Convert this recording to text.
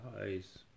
eyes